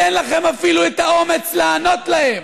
אין לכם אפילו את האומץ לענות להם.